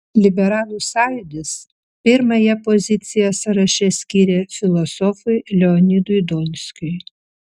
liberalų sąjūdis pirmąją poziciją sąraše skyrė filosofui leonidui donskiui